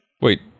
wait